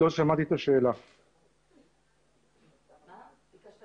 גם מבחינתנו יש הרבה מאוד מה לשפר בפעילות של הקרן לשמירת